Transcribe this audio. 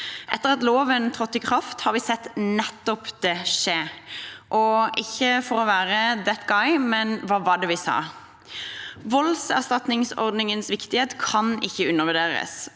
Etter at loven trådte i kraft, har vi sett nettopp det skje. Ikke for å være «that guy», men hva var det vi sa? Voldserstatningsordningens viktighet kan ikke undervurderes.